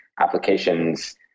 applications